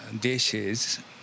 dishes